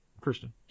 Christian